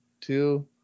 two